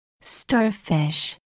starfish